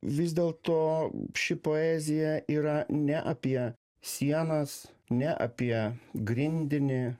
vis dėlto ši poezija yra ne apie sienas ne apie grindinį